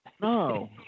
No